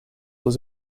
was